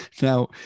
Now